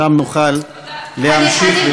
שם נוכל להמשיך ולהתדיין.